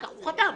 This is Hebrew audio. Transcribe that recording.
הוא חתם.